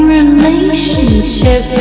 relationship